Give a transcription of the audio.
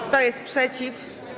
Kto jest przeciw?